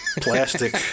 plastic